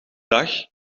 dag